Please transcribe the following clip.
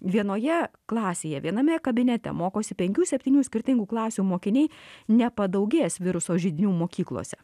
vienoje klasėje viename kabinete mokosi penkių septynių skirtingų klasių mokiniai nepadaugės viruso židinių mokyklose